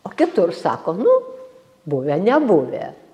o kitur sako nu buvę nebuvę